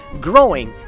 growing